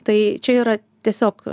tai čia yra tiesiog